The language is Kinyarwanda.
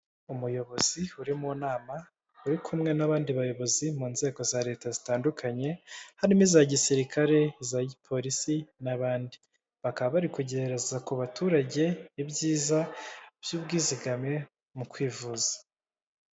Umuyobozi uri mu nama uri kumwe n'abandi bayobozi mu nzego za leta zitandukanye, harimo iza gisirikare iza gipolisi n'abandi bakaba barikugeza ku baturage ibyiza by'ubwizigame mu kwivuza.